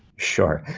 sure.